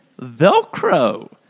Velcro